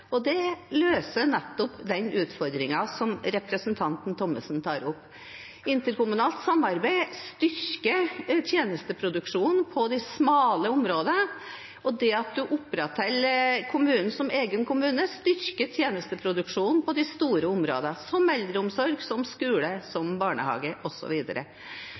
og det løser nettopp den utfordringen som representanten Thommessen tar opp. Interkommunalt samarbeid styrker tjenesteproduksjonen på de smale områdene, og det at man opprettholder kommunen som egen kommune, styrker tjenesteproduksjonen på de store områdene – som eldreomsorg, skole, barnehage osv. Ikke minst er det kommuneøkonomien som